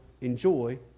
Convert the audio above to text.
enjoy